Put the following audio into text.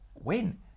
win